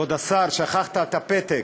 כבוד השר, שכחת את הפתק.